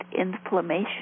inflammation